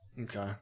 Okay